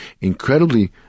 incredibly